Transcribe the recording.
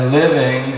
living